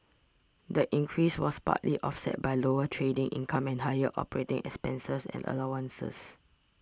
the increase was partly offset by lower trading income and higher operating expenses and allowances